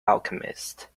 alchemist